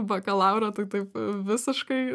bakalaurą tai taip visiškai